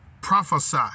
prophesy